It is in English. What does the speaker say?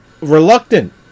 reluctant